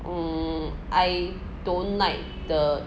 mm I don't like the